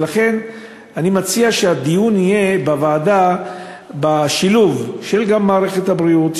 ולכן אני מציע שהדיון יהיה בוועדה בשילוב של מערכת הבריאות,